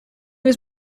was